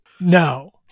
No